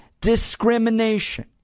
discrimination